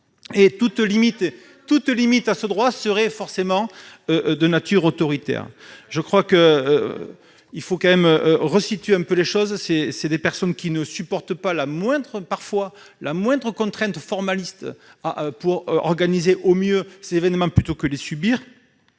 Toute limite à ce droit serait forcément de nature autoritaire. Je pense qu'il faut resituer un peu les choses. Ces personnes ne supportent pas la moindre contrainte formaliste permettant d'organiser au mieux ces événements plutôt que de les subir.